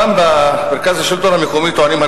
ומאז בשנים 2005 2009 קיימת יציבות